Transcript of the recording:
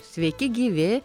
sveiki gyvi